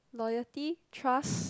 loyalty trust